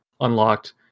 unlocked